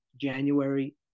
January